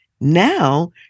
Now